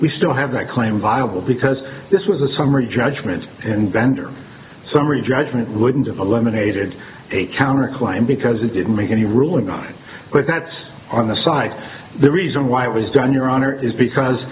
we still have a claim viable because this was a summary judgment and vendor summary judgment wouldn't eliminated a counterclaim because it didn't make any ruling on but that's on the side the reason why it was done your honor is because